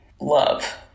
love